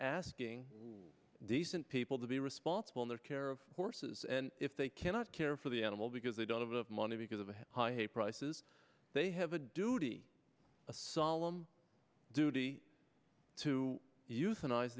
asking decent people to be responsible in their care of horses and if they cannot care for the animal because they don't have the money because of high hay prices they have a duty a solemn duty to euthanize